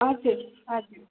हजुर हजुर